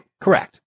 correct